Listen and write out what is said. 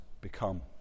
become